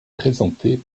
présentée